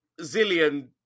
Zillion